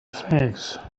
sphinx